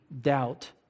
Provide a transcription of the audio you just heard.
doubt